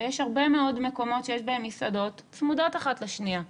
ויש הרבה מאוד מקומות שיש בהם מסעדות צמודות אחת לשנייה,